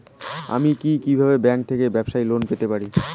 আমি কি কিভাবে ব্যাংক থেকে ব্যবসায়ী লোন পেতে পারি?